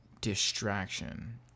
distraction